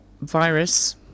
virus